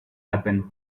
happen